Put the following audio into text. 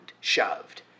Shoved